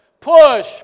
push